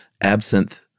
absinthe